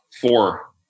Four